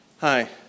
Hi